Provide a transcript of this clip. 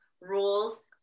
rules